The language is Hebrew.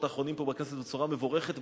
האחרונים פה בכנסת בצורה מבורכת,